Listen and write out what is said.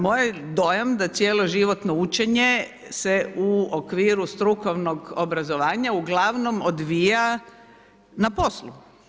Moj je dojam da cjeloživotno učenje se u okviru strukovnog obrazovanja uglavnom odvija na poslu.